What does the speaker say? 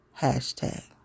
Hashtag